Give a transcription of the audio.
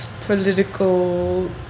political